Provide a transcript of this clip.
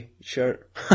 shirt